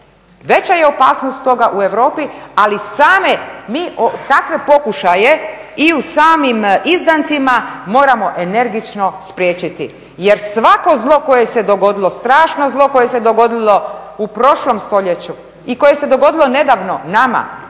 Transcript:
veća je opasnost toga u Europi ali mi takve pokušaje i u samim izdancima moramo energično spriječiti. Jer svako zlo koje se dogodilo strašno u prošlom stoljeću i koje se dogodilo nedavno nama